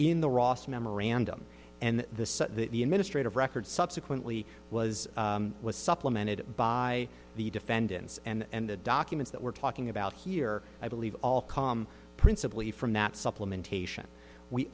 in the ross memorandum and the the administrative record subsequently was was supplemented by the defendants and the documents that we're talking about here i believe all calm principally from that supplement